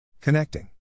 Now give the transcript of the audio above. Connecting